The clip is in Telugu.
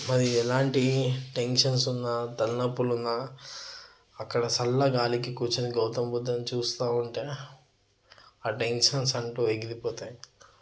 మరి ఎలాంటి టెన్షన్స్ ఉన్న తలనొప్పులు ఉన్న అక్కడ సల్లగాలికి కూర్చొని గౌతమ్ బుద్ధుని చూస్తా ఉంటే ఆ టెన్షన్స్ అంటూ ఎగిరిపోతాయి